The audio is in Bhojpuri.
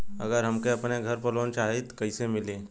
अगर हमके अपने घर पर लोंन चाहीत कईसे मिली?